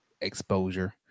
exposure